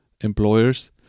employers